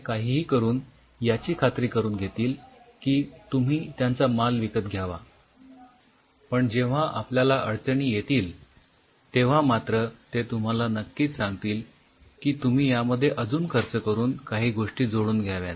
ते काहीही करून याची खात्री करून घेतील की तुम्ही त्यांचा माल विकत घ्यावा पण जेव्हा आपल्याला अडचणी येतील तेव्हा मात्र ते तुम्हाला नक्कीच सांगतील की तुम्ही यामध्ये अजून खर्च करून काही गोष्टी जोडून घ्याव्यात